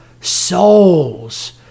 souls